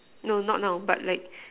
no not now but like